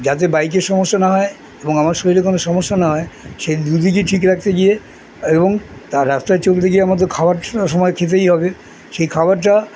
যাতে বাইকের সমস্যা না হয় এবং আমার শরীরে কোনো সমস্যা না হয় সেই দুদিকে ঠিক রাখতে গিয়ে এবং তার রাস্তায় চলতে গিয়ে আমাদের খাবার সময় খেতেই হবে সেই খাবারটা